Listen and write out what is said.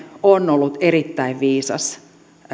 on ollut erittäin viisas